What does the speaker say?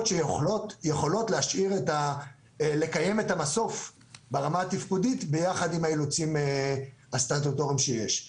שיכולות לקיים את המסוף ברמה התפקודית ביחד עם האילוצים הסטטוטוריים שיש.